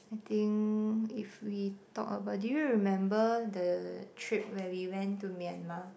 I think if we talk about do you remember the trip where we went to Myanmar